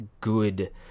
good